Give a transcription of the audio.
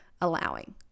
allowing